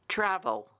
Travel